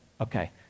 Okay